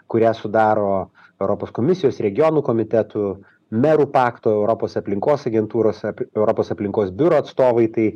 kurią sudaro europos komisijos regionų komitetų merų pakto europos aplinkos agentūros apie europos aplinkos biuro atstovai tai